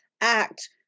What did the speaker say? act